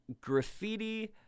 graffiti